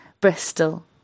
Bristol